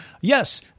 yes